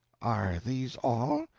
are these all?